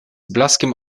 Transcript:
blaskiem